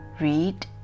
Read